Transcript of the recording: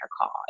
call